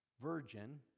virgin